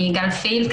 אני גל פילק,